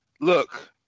look